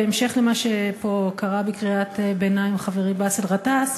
בהמשך למה שפה קרא בקריאת ביניים חברי באסל גטאס,